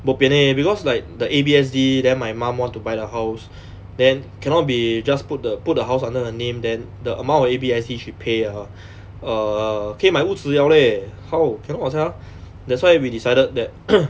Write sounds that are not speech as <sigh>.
bopian leh because like the A_B_S_D then my mum want to buy the house then cannot be just put the put a house under her name then the amount of A_B_S_D she pay ah err 可以买屋子 liao eh how cannot sia that's why we decided that <noise>